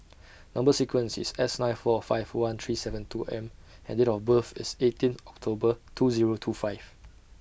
Number sequence IS S nine four five one three seven two M and Date of birth IS eighteenth October two Zero two five